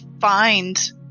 find